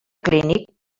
clínic